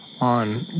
On